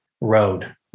road